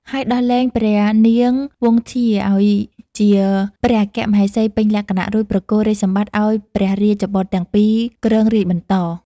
ហើយដោះលែងព្រះនាងវង្សធ្យាឱ្យជាព្រះអគ្គមហេសីពេញលក្ខណៈ រួចប្រគល់រាជសម្បត្តិឱ្យព្រះរាជបុត្រទាំងពីរគ្រងរាជ្យបន្ត។